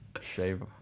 shave